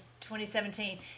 2017